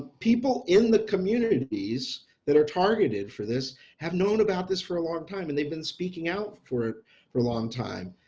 people in the communities that are targeted for this have known about this for a long time, and they've been speaking out for it for a long time.